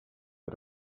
but